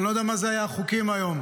אני לא יודע מה היו החוקים היום,